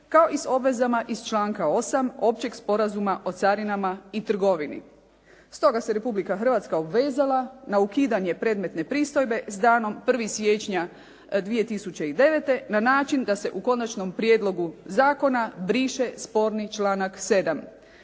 kao i s obvezama iz članka 8. Općeg sporazuma o carinama i trgovini. Stoga se Republika Hrvatska obvezala na ukidanje predmetne pristojbe s danom 1. siječnja 2009. na način da se u konačnom prijedlogu zakona briše sporni članak 7..